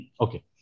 Okay